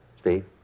Steve